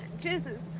Jesus